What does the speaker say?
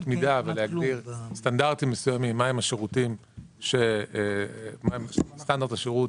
מידה ולהגדיר סטנדרטים מסוימים לגבי מה סטנדרט השירות